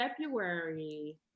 February